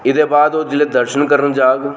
एह्दे बाद ओह् जिसलै दर्शन करन जाह्ग